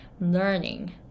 learning